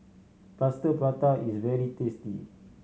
Plaster Prata is very tasty